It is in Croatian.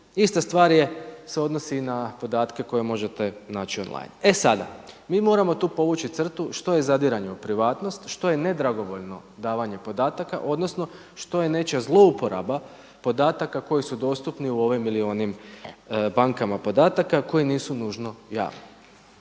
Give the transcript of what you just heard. Ista stvar je, se odnosi i na podatke koje možete naći on-line. E sada, mi moramo tu povući crtu što je zadiranje u privatnost, što je nedragovoljno davanje podataka odnosno što je nečija zlouporaba podataka koji su dostupni u ovim ili onim bankama podataka koji nisu nužno javni.